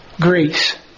grace